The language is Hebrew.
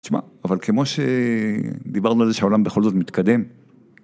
תשמע, אבל כמו שדיברנו על זה שהעולם בכל זאת מתקדם.